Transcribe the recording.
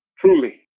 Truly